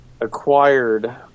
acquired